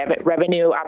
revenue